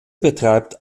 betreibt